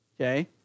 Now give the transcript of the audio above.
okay